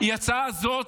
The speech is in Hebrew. ההצעה הזאת,